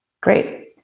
Great